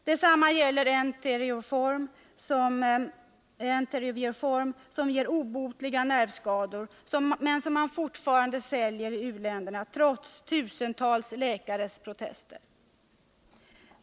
Detsamma gäller Entero-Vioform, som ger obotliga nervskador men som fortfarande säljs i u-länderna, trots tusentals läkares protester.